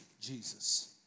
Jesus